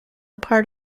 part